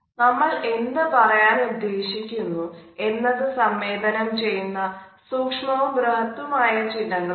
നമ്മൾ എന്ത് പറയാൻ ഉദ്ദേശിക്കുന്നു എന്നത് സംവേദനം ചെയ്യുന്ന സൂക്ഷ്മവും ബ്രഹദ്തും ആയ ചിഹ്നങ്ങൾ ഉണ്ട്